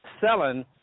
selling